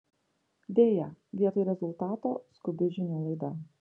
deja vietoj rezultato skubi žinių laida